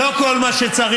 לא כל מה שצריך,